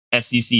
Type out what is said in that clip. SEC